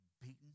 beaten